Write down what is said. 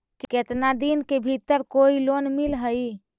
केतना दिन के भीतर कोइ लोन मिल हइ?